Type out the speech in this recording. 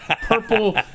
purple